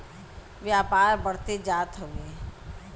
व्यापार बढ़ते जात हउवे